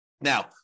Now